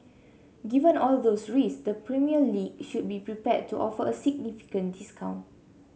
given all those risks the Premier League should be prepared to offer a significant discount